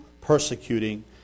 persecuting